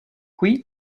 qui